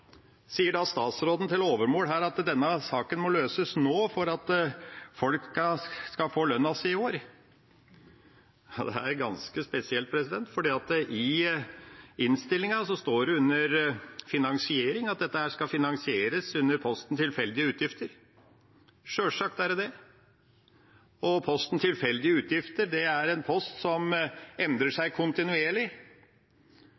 statsråden til overmål at denne saken må løses nå for at folk skal få lønnen sin i år. Det er ganske spesielt, for i innstillinga står det under finansiering at dette skal finansieres under kapitlet tilfeldige utgifter. Sjølsagt er det slik. «Tilfeldige utgifter» er et kapittel som endrer seg kontinuerlig, og når det er